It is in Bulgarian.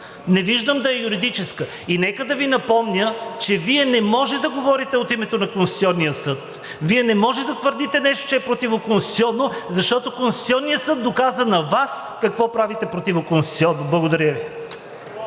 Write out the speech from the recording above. Не виждам да е юридическа. И нека да Ви напомня, че Вие не може да говорите от името на Конституционния съд. Вие не може да твърдите нещо, че е противоконституционно, защото Конституционният съд доказа на Вас какво правите противоконституционно. Благодаря Ви.